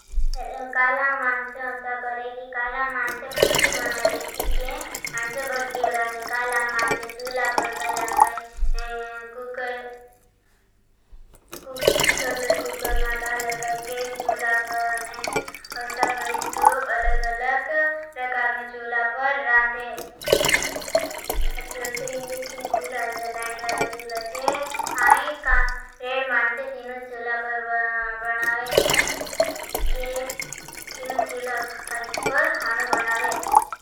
कालां मणसे भटी बनाये। लेती चे मनसे भटी बरांधे। कालां मणसे चूला पर कालां काई कूकर चूलर कूकर मां कालां काई गेश चूला पर ने। हस्सा करें सूप अलग अलग प्रकारनो चूला पर रांधे। आज गलते इंडिक्शें चूला जा लाइट वाला चूला चे। हाँ का रेड मानसे तीनो चूला पर बनावे। ने तीनो चूला पर खानो बनावे।